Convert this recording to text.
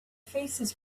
faces